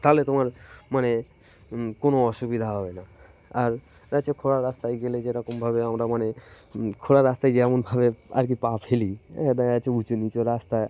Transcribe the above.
তাহলে তোমার মানে কোনো অসুবিধা হবে না আর যাচ্ছে খোঁড়ার রাস্তায় গেলে যে রকমভাবে আমরা মানে খোঁড়ার রাস্তায় যেমনভাবে আর কি পা ফেলি হ্যাঁ দেখা যাচ্ছে উঁচু নিচু রাস্তায়